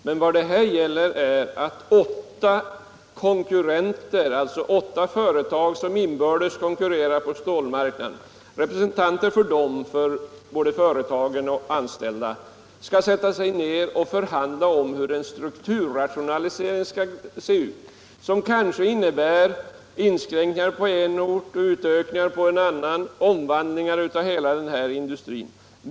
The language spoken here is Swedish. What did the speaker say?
Men vad det här gäller är att representanter för både ledning och anställda vid åtta företag som inbördes konkurrerar på stål marknaden skall sätta sig ner och förhandla om hur en strukturrationalisering skall se ut, som kanske innebär inskränkningar på en ort och utökningar på en annan, kort sagt omvandlingar av hela den här industrin.